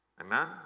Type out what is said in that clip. Amen